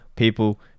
people